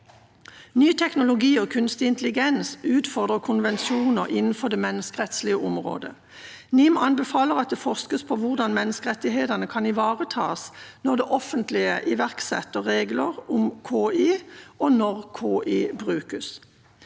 ny teknologi og kunstig intelligens konvensjoner innenfor det menneskerettslige området. NIM anbefaler at det forskes på hvordan menneskerettighetene kan ivaretas når det offentlige iverksetter regler om KI, og når KI brukes.